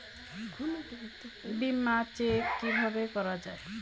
বিমা চেক কিভাবে করা হয়?